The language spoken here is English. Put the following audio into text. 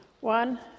One